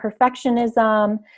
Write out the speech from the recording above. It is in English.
perfectionism